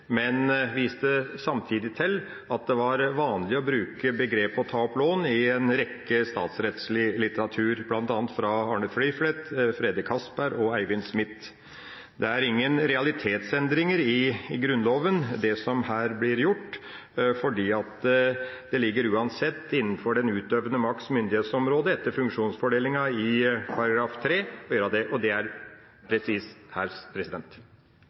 men viste samtidig til at det var vanlig å bruke begrepet «å ta opp lån» i en rekke med statsrettslig litteratur, bl.a. fra Arne Fliflet, Frede Castberg og Eivind Smith. Det er ingen realitetsendringer i Grunnloven, det som her blir gjort, fordi det uansett ligger innenfor den utøvende makts myndighetsområde etter funksjonsfordelinga i § 3 å gjøre det, og det er det som sies her.